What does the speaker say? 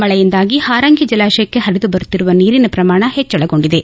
ಮಳೆಯಿಂದಾಗಿ ಪಾರಂಗಿ ಜಲಾಶಯಕ್ಷೆ ಪರಿದುಬರುತ್ತಿರುವ ನೀರಿನ ಶ್ರಮಾಣ ಹೆಚ್ಚಳಗೊಂಡಿದೆ